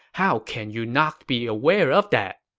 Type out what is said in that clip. how can you not be aware of that?